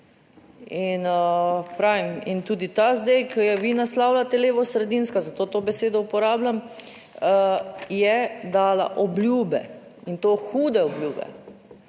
in tudi ta zdaj, ki jo vi naslavljate levosredinska, zato to besedo uporabljam je dala obljube in to hude obljube.